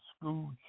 school